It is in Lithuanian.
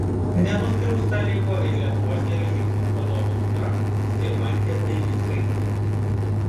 nenuskriausta liko ir lietuvos geležinkelių vadovo dukra skirmantė dailydkaitė